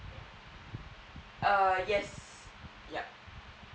uh yes yup